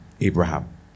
Abraham